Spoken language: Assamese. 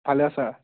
ভালে আছা